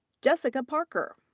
jessica parker.